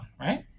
right